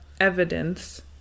evidence